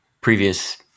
previous